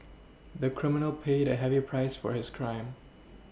the criminal paid a heavy price for his crime